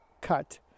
cut